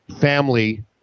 family